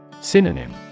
Synonym